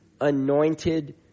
anointed